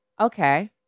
okay